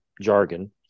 jargon